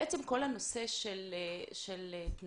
בעצם כל הנושא של התנאים